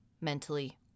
mentally